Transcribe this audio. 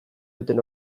duten